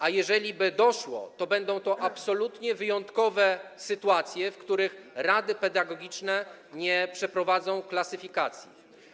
A jeżeliby do nich doszło, to będą to absolutnie wyjątkowe sytuacje, w których rady pedagogiczne nie przeprowadzą klasyfikacji.